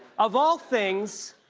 of all things,